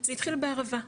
זה התחיל בערבה,